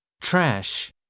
Trash